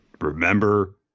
remember